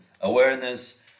awareness